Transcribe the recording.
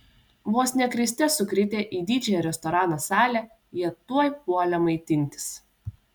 vos ne kriste sukritę į didžiąją restorano salę jie tuoj puolė maitintis